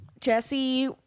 Jesse